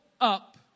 up